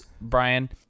Brian